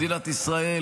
שמדינת ישראל,